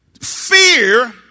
Fear